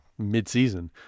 midseason